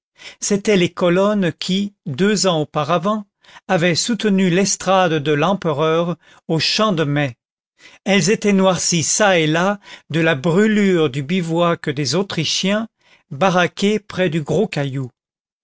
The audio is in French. c'étaient les colonnes qui deux ans auparavant avaient soutenu l'estrade de l'empereur au champ de mai elles étaient noircies çà et là de la brûlure du bivouac des autrichiens baraqués près du